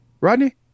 Rodney